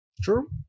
True